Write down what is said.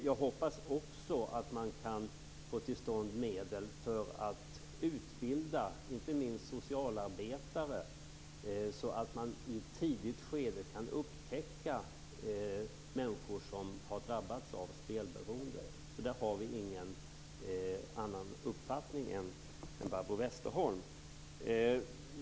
Jag hoppas också att man kan få till stånd medel för att utbilda inte minst socialarbetare, så att man i ett tidigt skede kan upptäcka människor som har drabbats av spelberoende. Där har vi ingen annan uppfattning än Barbro Westerholm.